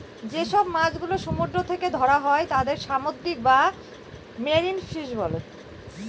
যেসব মাছ গুলো সমুদ্র থেকে ধরা হয় তাদের সামুদ্রিক বা মেরিন ফিশ বলে